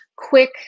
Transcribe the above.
quick